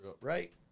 right